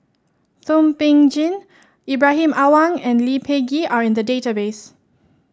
Thum Ping Tjin Ibrahim Awang and Lee Peh Gee are in the database